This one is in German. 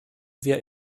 wir